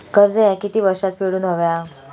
कर्ज ह्या किती वर्षात फेडून हव्या?